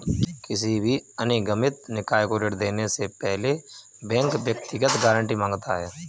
किसी भी अनिगमित निकाय को ऋण देने से पहले बैंक व्यक्तिगत गारंटी माँगता है